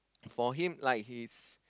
for him like he's